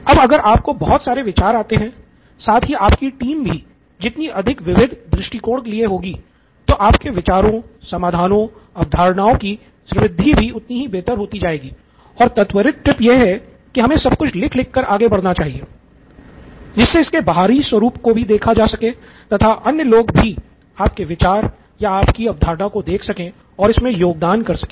अब अगर आपको बहुत सारे विचारों आते हैं साथ ही आपकी टीम भी जितनी अधिक विविध दृष्टिकोण लिए होगी तो आपके विचारों समाधानों अवधारणाओं की समृद्धि भी उतनी ही बेहतर होती जाएगी और त्वरित टिप यह है की हमे सब कुछ लिख लिख कर आगे बढ़ना चाहिए जिससे इसके बाहरी स्वरूप को भी देखा जा सके तथा अन्य लोग भी आपके विचार या अवधारणा को देख सकें और इसमें योगदान कर सकें